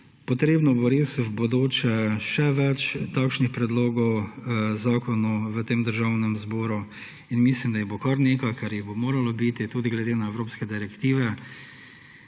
bodoče bo res potrebno še več takšnih predlogov zakonov v Državnem zboru in mislim, da jih bo kar nekaj, ker jih bo moralo biti tudi glede na evropske direktive.